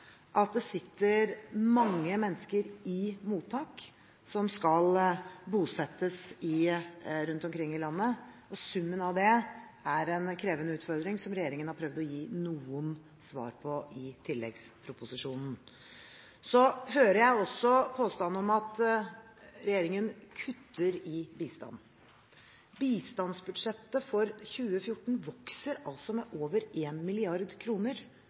at det sitter mange mennesker i mottak som skal bosettes rundt omkring i landet, og summen av det er en krevende utfordring som regjeringen har prøvd å gi noen svar på i tilleggsproposisjonen. Så hører jeg også påstanden om at regjeringen kutter i bistand. Bistandsbudsjettet for 2014 vokser altså med over